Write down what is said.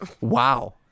wow